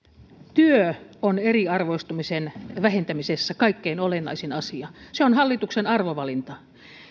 työ on eriarvoistumisen vähentämisessä kaikkein olennaisin asia se on hallituksen arvovalinta